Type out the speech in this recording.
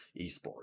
esports